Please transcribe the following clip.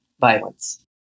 violence